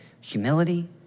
humility